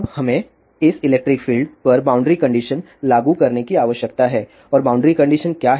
अब हमें इस इलेक्ट्रिक फील्ड पर बॉउंड्री कंडीशन लागू करने की आवश्यकता है और बॉउंड्री कंडीशन क्या हैं